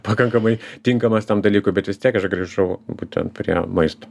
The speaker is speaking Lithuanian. pakankamai tinkamas tam dalykui bet vis tiek aš grįžau būtent prie maisto